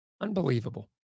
Unbelievable